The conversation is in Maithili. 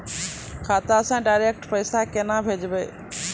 खाता से डायरेक्ट पैसा केना भेजबै?